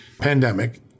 pandemic